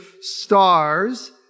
stars